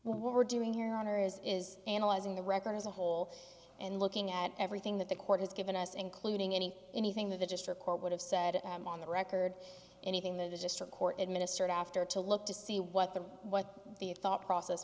what we're doing here honors is analyzing the record as a whole and looking at everything that the court has given us including any anything that the district court would have said on the record anything the district court administers after to look to see what the what the it thought process